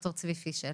ד"ר צבי פישל.